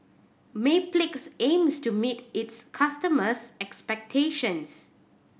Mepilex aims to meet its customers' expectations